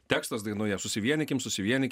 tekstas dainoje susivienykim susivieny